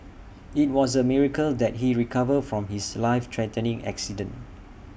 IT was A miracle that he recovered from his life threatening accident